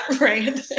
right